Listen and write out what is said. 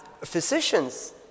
physicians